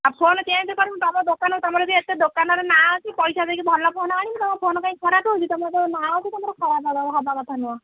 ଆଉ phone change କରିବୁନି ତୁମ ଦୋକାନର ତୁମେ ଯଦି ଏତେ ଦୋକାନର ନାଁ ଅଛି ପଇସା ଦେଇକି ଭଲ ଫୋନ୍ ଆଣିବି ତମ ଫୋନ୍ କାହିଁକି ଖରାପ ହେଉଛି ତୁମର ତ ନାଁ ଅଛି ତୁମର ଖରାପ ହେବା କଥା ନୁହଁ